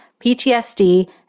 PTSD